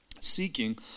Seeking